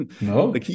No